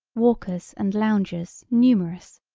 walkers, and loungers numerous,